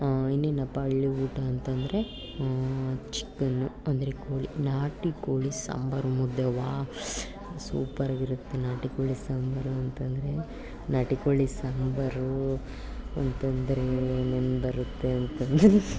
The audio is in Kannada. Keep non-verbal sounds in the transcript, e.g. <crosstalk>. ಇನ್ನೇನಪ್ಪ ಹಳ್ಳಿ ಊಟ ಅಂತಂದ್ರೆ ಚಿಕನು ಅಂದರೆ ಕೋಳಿ ನಾಟಿ ಕೋಳಿ ಸಾಂಬಾರು ಮುದ್ದೆ ವಾ ಸೂಪರಾಗಿರುತ್ತೆ ನಾಟಿ ಕೋಳಿ ಸಾಂಬಾರು ಅಂತಂದ್ರೆ ನಾಟಿ ಕೋಳಿ ಸಾಂಬಾರೂ ಅಂತಂದ್ರೆ ನಂಗೆ ಬರುತ್ತೆ <unintelligible>